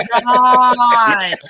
god